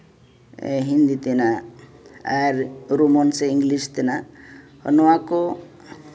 ᱦᱤᱱᱫᱤ ᱛᱮᱱᱟᱜ ᱟᱨ ᱨᱳᱢᱟᱱ ᱥᱮ ᱤᱝᱞᱤᱥ ᱛᱮᱱᱟᱜ ᱱᱚᱣᱟ ᱠᱚ